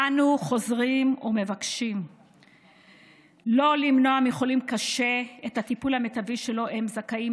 אנו חוזרים ומבקשים לא למנוע מחולים קשה את הטיפול המיטבי שלו הם זכאים,